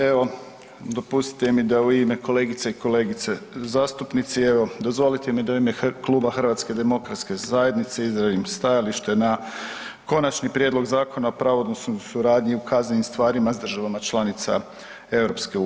Evo dopustite mi da u ime kolegice i kolege zastupnice, evo dozvolite mi da u ime kluba HDZ-a izrazim stajalište na Konačni prijedlog Zakona o pravosudnoj suradnji u kaznenim stvarima s državama članicama EU.